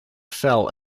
fell